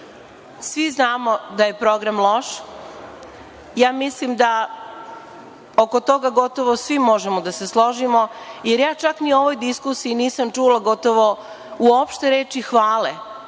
znamo da je program loš. Mislim da oko toga gotovo svi možemo da se složimo, jer ja čak ni u ovoj diskusiji nisam čula gotovo uopšte reči hvale